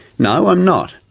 no, i'm not.